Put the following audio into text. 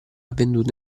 venduto